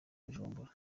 bujumbura